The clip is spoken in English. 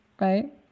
Right